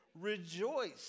Rejoice